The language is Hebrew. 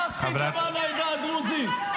מה עשית למען העדה הדרוזית?